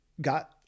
got